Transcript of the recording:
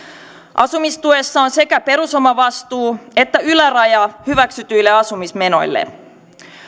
asumistuessa on sekä perusomavastuu että yläraja hyväksytyille asumismenoille